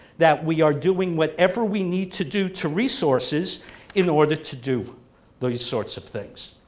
that we are doing whatever we need to do to resources in order to do those sorts of things.